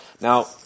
Now